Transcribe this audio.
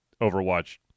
Overwatch